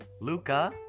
Luca